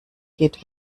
geht